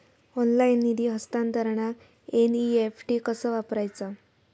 Online निधी हस्तांतरणाक NEFT कसा वापरायचा?